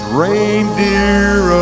reindeer